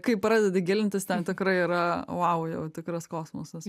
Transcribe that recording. kai pradedi gilintis ten tikrai yra vou tikras kosmosas